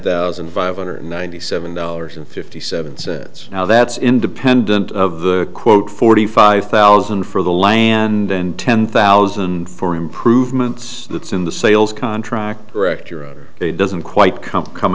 thousand five hundred ninety seven dollars and fifty seven cents now that's independent of the quote forty five thousand for the land and ten thousand for improvements that's in the sales contract correct your honor it doesn't quite come come